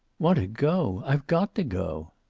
want to go! i've got to go.